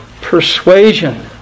persuasion